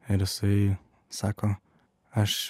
ir jisai sako aš